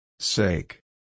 Sake